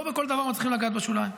לא בכל דבר מצליחים לגעת בשוליים,